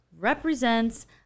represents